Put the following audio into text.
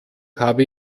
habe